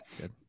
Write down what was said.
good